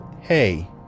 Hey